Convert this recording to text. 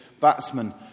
batsmen